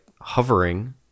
hovering